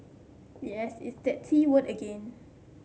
yes it's that T word again